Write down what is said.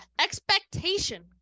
expectation